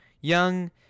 young